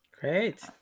Great